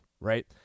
right